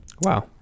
Wow